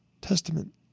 Testament